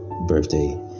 birthday